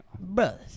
brothers